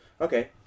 Okay